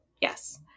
Yes